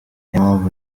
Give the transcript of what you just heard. mpamvu